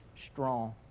strong